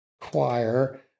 Choir